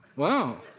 Wow